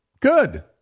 Good